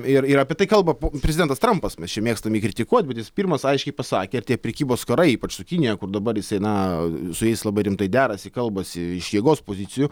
ir ir apie tai kalba prezidentas trampas mes čia mėgstam jį kritikuot bet jis pirmas aiškiai pasakė tie prekybos karai ypač su kinija kur dabar jisai na su jais labai rimtai derasi kalbasi iš jėgos pozicijų